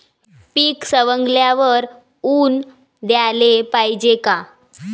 पीक सवंगल्यावर ऊन द्याले पायजे का?